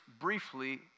briefly